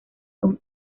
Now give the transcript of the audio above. con